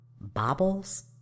Bobbles